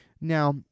Now